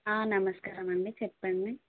నమస్కారం అండి చెప్పండి